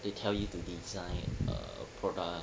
they tell you to design a product